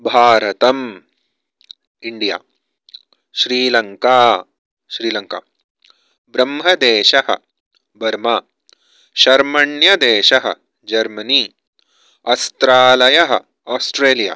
भारतम् इन्डिया श्रीलङ्का श्रीलङ्का ब्रह्मदेशः बर्मा शर्मण्यदेशः जर्मनी अस्त्रालयः अस्ट्रेलिया